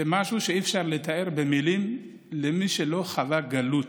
זה משהו שאי-אפשר לתאר במילים למי שלא חווה גלות.